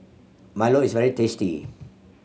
milo is very tasty